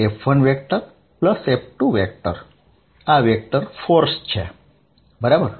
FF1F2 આ vector force છે બરાબર